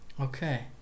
Okay